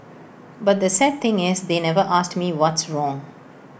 but the sad thing is they never asked me what's wrong